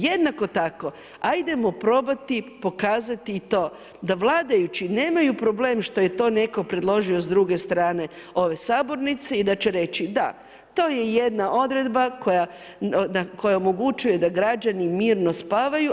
Jednako tako, ajdemo probati pokazati i to da vladajući nemaju problem što je to netko predložio s druge strane ove sabornice i da će reći, da, to je jedna odredba koja omogućuje da građani mirno spavaju.